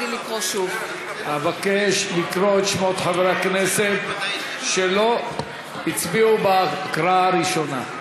אבקש לקרוא את שמות חברי הכנסת שלא הצביעו בהקראה הראשונה.